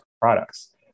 products